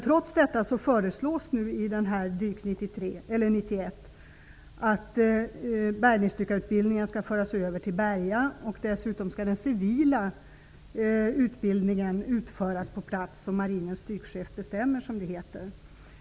Trots detta föreslås i Dyk-93 att bärgningsdykarutbildningen skall föras över till Berga, och dessutom skall den civila utbildningen utföras på plats som Marinens dykchef bestämmer, som det heter.